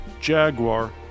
Jaguar